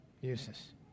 uses